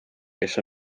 kes